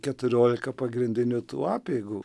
keturiolika pagrindinių tų apeigų